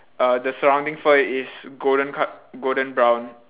uh the surrounding fur is golden col~ golden brown